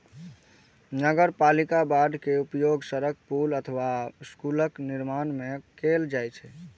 नगरपालिका बांड के उपयोग सड़क, पुल अथवा स्कूलक निर्माण मे कैल जाइ छै